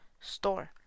store